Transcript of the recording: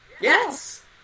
Yes